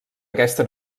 aquesta